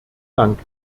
dank